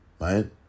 right